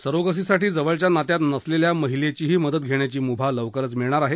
surrogacy साठी जवळच्या नात्यात नसलेल्या महिलेचीही मदत घेण्याची मुभा लवकरच मिळणार आहे